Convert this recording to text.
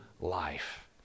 life